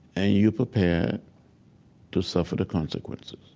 and you prepare to suffer the consequences